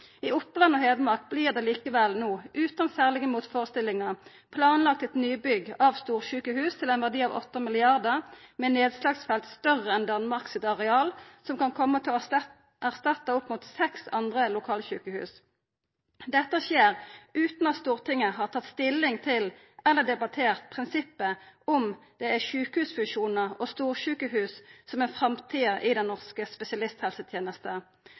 I Oppland og Hedmark vert det no likevel – utan særlege motførestillingar – planlagt eit nybygg av storsjukehus til ein verdi av 8 mrd. kr med nedslagsfelt større enn Danmark sitt areal, som kan kome til å erstatta opp mot seks andre lokalsjukehus. Dette skjer utan at Stortinget har tatt stilling til eller debattert prinsippet om det er sjukehusfusjonar og storsjukehus som er framtida i den norske spesialisthelsetenesta.